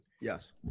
Yes